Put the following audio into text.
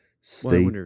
state